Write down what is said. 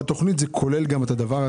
בתוכנית זה כולל גם את זה?